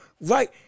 right